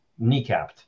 kneecapped